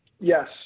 Yes